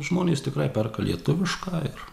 žmonės tikrai perka lietuvišką ir